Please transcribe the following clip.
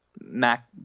Mac